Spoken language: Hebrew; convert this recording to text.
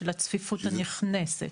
של הצפיפות הנכנסת.